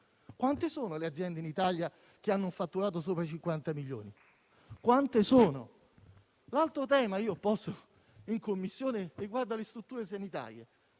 Quante sono le aziende in Italia con fatturato sopra i 50 milioni? L'altro tema che ho posto in Commissione riguarda le strutture sanitarie.